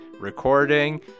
recording